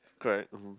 correct rule